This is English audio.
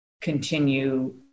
continue